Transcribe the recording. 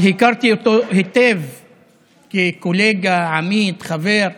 אבל הכרתי אותו היטב כקולגה, עמית, חבר,